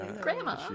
grandma